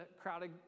crowded